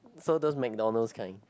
so those McDonald's kind